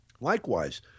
likewise